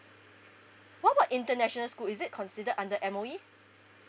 what about international school is it considered under M_O_E